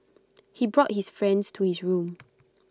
he brought his friends to his room